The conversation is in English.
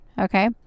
okay